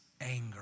anger